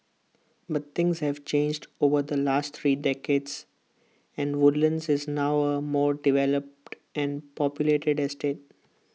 but things have changed over the last three decades and Woodlands is now A more developed and populated estate